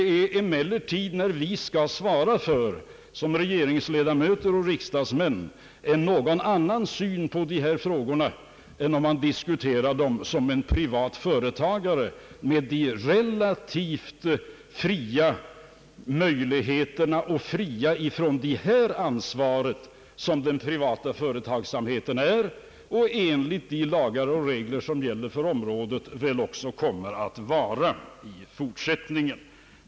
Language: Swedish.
När vi som regeringsledamöter och riksdagsmän skall svara för detta, är det emellertid en annan syn på frågorna än om man diskuterar dem som privat företagare, med de relativt fria möjligheter och den frihet från ansvar som den privata företagsamheten har och enligt de lagar och regler som gäller för området och som väl också kommer att gälla i fortsättningen.